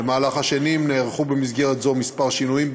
במהלך השנים נערכו במסגרת זו כמה שינויים,